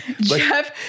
Jeff